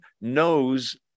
knows